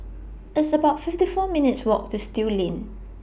It's about fifty four minutes' Walk to Still Lane